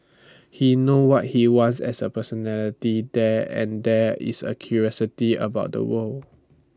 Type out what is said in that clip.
he knows what he wants as A personality there and there is A curiosity about the world